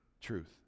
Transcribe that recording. truth